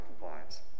compliance